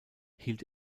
hielt